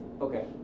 Okay